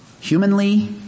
humanly